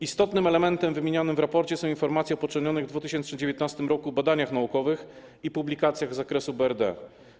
Istotnym elementem wymienianym w raporcie są informacje o poczynionych w 2019 r. badaniach naukowych i publikacjach z zakresu BRD.